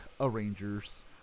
arrangers